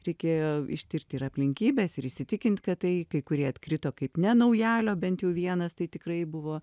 reikėjo ištirti ir aplinkybes ir įsitikint kad tai kai kurie atkrito kaip ne naujalio bent jau vienas tai tikrai buvo